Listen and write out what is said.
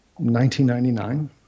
1999